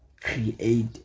create